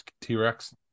t-rex